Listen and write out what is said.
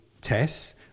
tests